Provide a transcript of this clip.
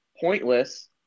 pointless